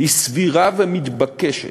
היא סבירה ומתבקשת.